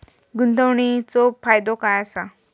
गुंतवणीचो फायदो काय असा?